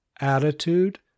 Attitude